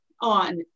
on